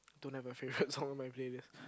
don't have a favourite song on my playlist